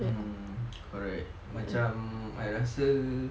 mm correct macam I rasa